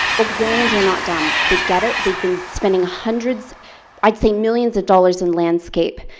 oakvillians are not dumb. they get it. they've been spending hundreds i'd say millions of dollars in landscape